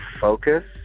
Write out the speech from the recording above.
focus